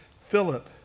Philip